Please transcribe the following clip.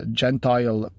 gentile